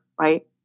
right